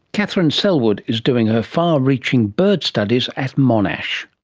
katherine selwood is doing her far reaching bird studies at monash.